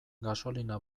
gasolina